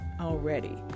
already